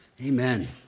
Amen